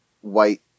white